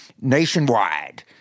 nationwide